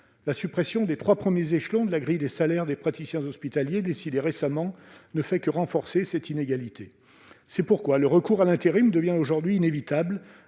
La suppression des trois premiers échelons de la grille des salaires des praticiens hospitaliers, décidée récemment, ne fait que renforcer cette inégalité. C'est pourquoi le recours à l'intérim devient aujourd'hui inévitable